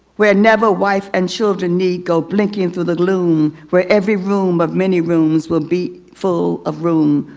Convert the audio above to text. where never wife and children need go blinking to the gloom. where every room of many rooms will be full of room.